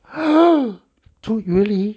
two really